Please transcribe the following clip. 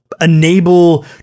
enable